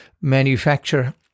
manufacture